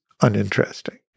uninteresting